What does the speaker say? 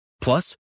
Plus